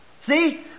See